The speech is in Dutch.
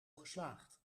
geslaagd